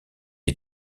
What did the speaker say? est